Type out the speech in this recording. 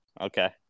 Okay